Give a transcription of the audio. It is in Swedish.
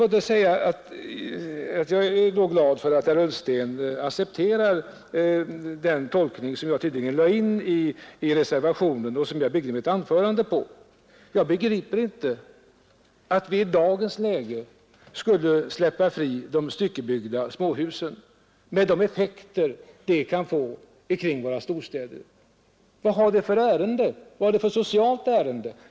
Jag är glad för att herr Ullsten accepterar den tolkning som jag lade in i reservationen och som jag byggde mitt anförande på. Jag begriper inte att vi i dagens läge skulle släppa de styckebyggda småhusen fria, med de effekter detta kan få omkring våra storstäder. Vad har det för socialt ärende?